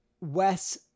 Wes